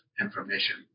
information